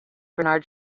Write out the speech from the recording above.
bernard